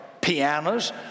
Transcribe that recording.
pianos